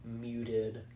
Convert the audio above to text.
muted